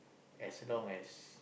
as long as